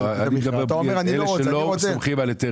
כאלה שלא סומכים על היתר